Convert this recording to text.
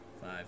five